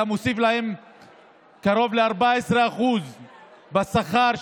אתה מוסיף להם קרוב ל-14% בשכר,